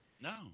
No